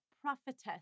prophetess